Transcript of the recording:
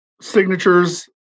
signatures